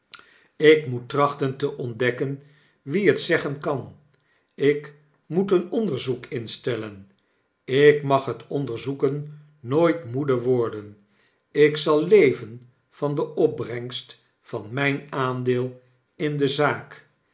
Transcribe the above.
ik moet trachten te ontdekken wie het zeggen kan ik moet een onderzoek instellen ik mag het onderzoeken nooit moede worden ik zal leven van de opbrengst van mgn aandeel in de zaak